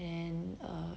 then eh